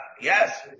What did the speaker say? Yes